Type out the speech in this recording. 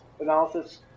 analysis